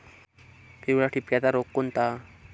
पिवळ्या ठिपक्याचा रोग कोणता?